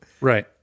Right